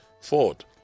ford